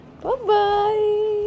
Bye-bye